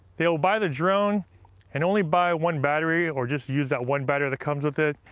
they'll buy the drone and only buy one battery or just use that one battery that comes with it,